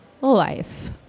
life